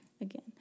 again